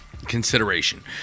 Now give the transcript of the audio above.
Consideration